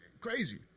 crazy